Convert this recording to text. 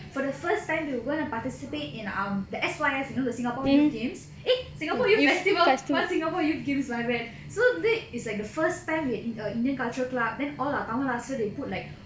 for the first time we were going to participate in um the S_Y_F you know the singapore youth games eh singapore youth festival what singapore youth games my bad so that is like the first time in err in indian culture club then all our lasted lah so they put like